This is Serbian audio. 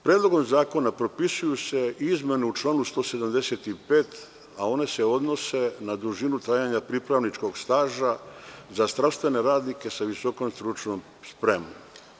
Predlogom zakona propisuju se izmene u članu 175, a one se odnose na dužinu trajanja pripravničkog staža za zdravstvene radnike sa visokom stručnom spremom.